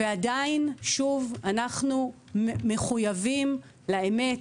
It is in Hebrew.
ועדיין אנחנו מחויבים לאמת,